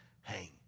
hang